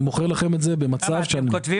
ואז כולם ישלמו.